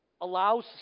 allows